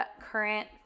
current